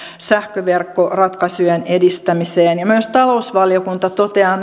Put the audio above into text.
sähköverkkoratkaisujen edistämiseen myös talousvaliokunta toteaa